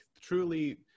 truly